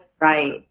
right